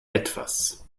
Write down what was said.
etwas